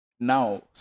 Now